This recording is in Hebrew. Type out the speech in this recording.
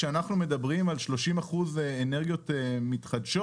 כשאנחנו מדברים על 30 אחוזים אנרגיות מתחדשות,